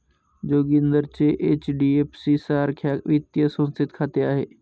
जोगिंदरचे एच.डी.एफ.सी सारख्या वित्तीय संस्थेत खाते आहे